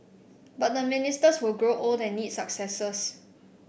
but the ministers will grow old and need successors